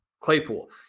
Claypool